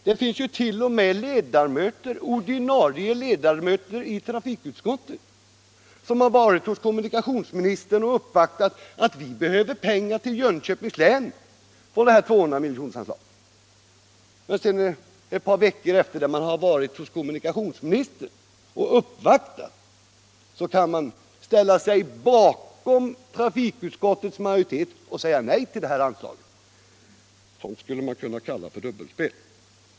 Det finns ju t.o.m. ordinarie ledamöter i trafikutskottet som har uppvaktat kommunikationsministern och sagt att man behöver pengar till Jönköpings län från det här 200-miljonersanslaget. Ett par veckor efter det att man varit hos kommunikationsministern och uppvaktat kan man ställa sig bakom trafikutskottets majoritet och säga nej till anslaget! Sådant skulle kunna kallas för dubbelspel.